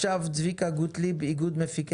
צביקה גוטליב, אתנו?